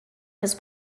his